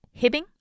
Hibbing